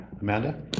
Amanda